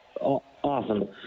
Awesome